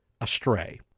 astray